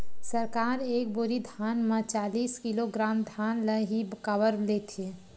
सरकार एक बोरी धान म चालीस किलोग्राम धान ल ही काबर लेथे?